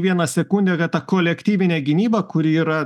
vieną sekundę kad ta kolektyvinė gynyba kuri yra